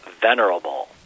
venerable